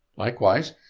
likewise,